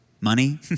Money